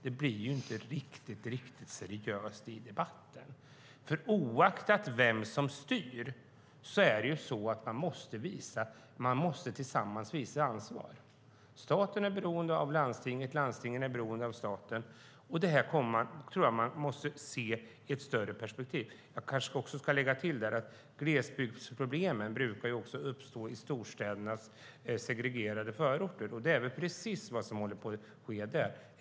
Det blir inte riktigt seriöst. Oavsett vem som styr måste man visa ansvar. Staten är beroende av landstingen, landstingen är beroende av staten. Vi måste se det i ett större perspektiv. Jag kanske ska lägga till att glesbygdsproblem brukar uppstå också i storstädernas segregerade förorter. Det är precis vad som håller på att ske.